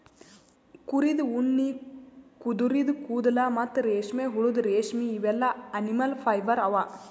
ಕುರಿದ್ ಉಣ್ಣಿ ಕುದರಿದು ಕೂದಲ ಮತ್ತ್ ರೇಷ್ಮೆಹುಳದ್ ರೇಶ್ಮಿ ಇವೆಲ್ಲಾ ಅನಿಮಲ್ ಫೈಬರ್ ಅವಾ